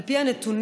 על פי הנתונים,